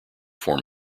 form